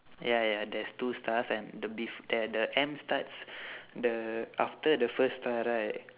ya ya there's two stars and the bef~ and the M starts the after the first star right